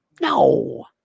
No